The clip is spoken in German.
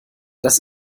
das